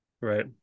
right